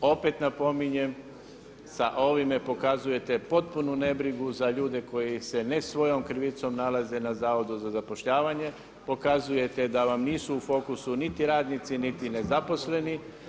Opet napominjem, sa ovime pokazujete potpunu nebrigu za ljude koji se ne svojom krivicom nalaze na Zavodu za zapošljavanje, pokazujete da vam nisu u fokusu niti radnici niti nezaposleni.